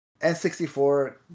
n64